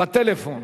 בטלפון.